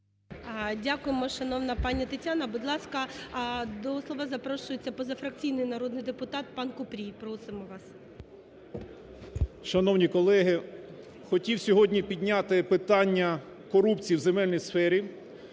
Дякую, шановна пані Тетяна. Будь ласка, до слова запрошується позафракційний народний депутат пан Купрій. Просимо вас. 10:10:46 КУПРІЙ В.М. Шановні колеги, хотів сьогодні підняти питання корупції в земельній сфері,